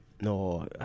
no